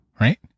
right